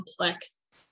complex